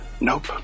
Nope